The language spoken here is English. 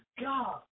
God